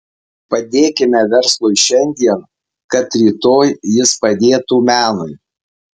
padėkime verslui šiandien kad rytoj jis padėtų menui